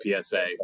PSA